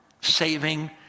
saving